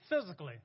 physically